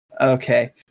Okay